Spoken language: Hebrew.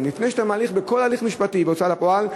שאתה מתחיל בכל הליך משפטי בהוצאה לפועל,